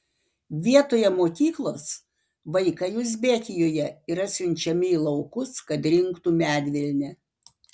vietoje mokyklos vaikai uzbekijoje yra siunčiami į laukus kad rinktų medvilnę